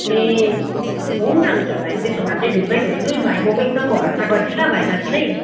ए हुन्छ हुन्छ भाइ त्यसो भए चाहिँ ढुक्कै भयो लु है भाइ म एकदम भरोसा गरेँ है ल भाइमाथि नै